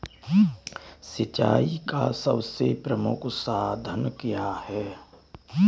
सिंचाई का सबसे प्रमुख साधन क्या है?